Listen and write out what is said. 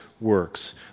works